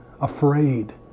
afraid